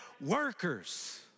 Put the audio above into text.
workers